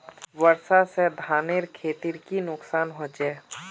वर्षा से धानेर खेतीर की नुकसान होचे?